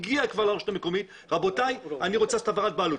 הגיע לרשות המקומית ואומר שהוא רוצה לעשות העברת בעלות,